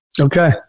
Okay